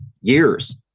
years